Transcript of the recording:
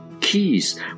keys